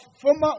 former